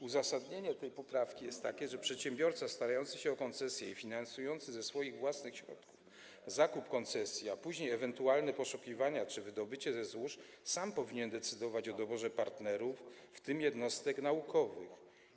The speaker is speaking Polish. Uzasadnienie tej poprawki jest takie, że przedsiębiorca starający się o koncesję i finansujący ze swoich własnych środków zakup koncesji, a później ewentualnie poszukiwanie czy wydobycie ze złóż, sam powinien decydować o doborze partnerów, w tym jednostek naukowych.